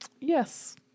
Yes